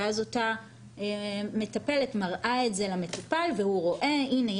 ואז אותה מטפלת מראה את זה למטופל והוא רואה: הנה,